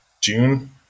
june